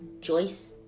Joyce